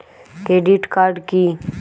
Credit card কি?